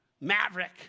Maverick